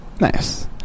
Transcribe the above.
Nice